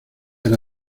era